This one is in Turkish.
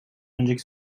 önceki